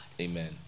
Amen